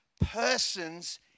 persons